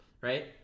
right